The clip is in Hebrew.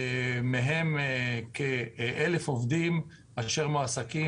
מהם כ-1,000 עובדים אשר מועסקים